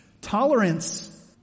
tolerance